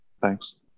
Thanks